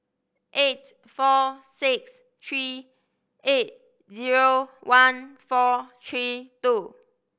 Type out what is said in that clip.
eight four six three eight zero one four three two